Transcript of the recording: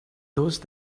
those